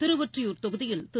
திருவொற்றியூர் தொகுதியில் திரு